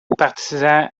partisan